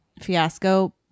fiasco